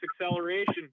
acceleration